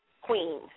queen